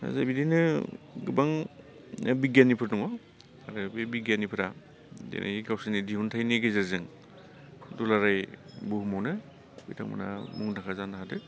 आदसा बिदिनो गोबां बिगियानिफोर दङ आरो बे बिगियानिफोरा दिनै गावसिनि दिहुन्थाइनि गेजेरजों दुलाराय बुहुमावनो बिथांमोनहा मुंदांखा जानो हादों